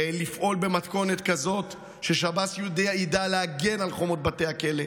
לפעול במתכונת כזו ששב"ס ידע להגן על חומות בתי הכלא,